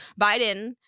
biden